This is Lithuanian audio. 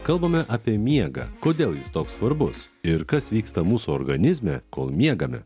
kalbame apie miegą kodėl jis toks svarbus ir kas vyksta mūsų organizme kol miegame